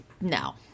no